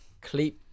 clip